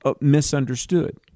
misunderstood